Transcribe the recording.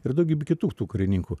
ir daugybė kitų tų karininkų